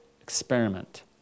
experiment